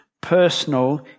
personal